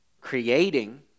creating